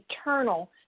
eternal